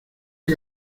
que